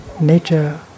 nature